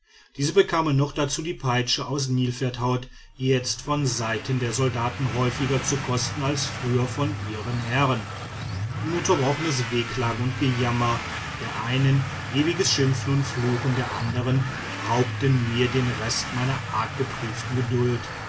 diese bekamen noch dazu die peitsche aus nilpferdhaut jetzt von seiten der soldaten häufiger zu kosten als früher von ihren herren ununterbrochenes wehklagen und gejammer der einen ewiges schimpfen und fluchen der andern raubten mir den rest meiner arg geprüften geduld